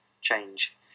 change